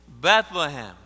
Bethlehem